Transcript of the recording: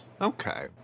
Okay